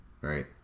Right